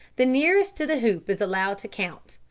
the nearest to the hoop is allowed to count,